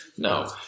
no